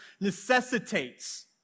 necessitates